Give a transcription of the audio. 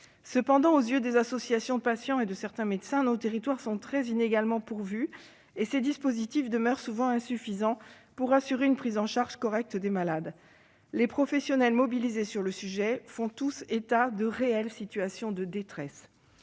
Toutefois, aux yeux des associations de patients et de certains médecins, nos territoires sont très inégalement pourvus, et ces dispositifs demeurent souvent insuffisants pour assurer une prise en charge correcte des personnes. Les professionnels mobilisés sur le sujet font tous état de réelles situations de détresse.